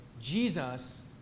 Jesus